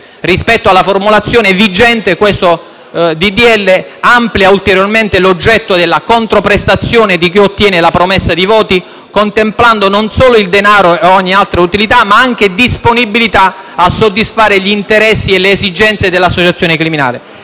Rispetto alla formulazione vigente esso amplia ulteriormente l'oggetto della controprestazione di chi ottiene la promessa di voti, contemplando non solo il denaro e ogni altra utilità, ma anche la disponibilità a soddisfare gli interessi o le esigenze dell'associazione criminale,